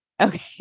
Okay